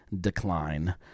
decline